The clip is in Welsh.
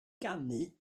ganu